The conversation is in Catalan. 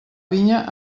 vinya